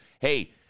hey